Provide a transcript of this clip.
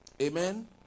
Amen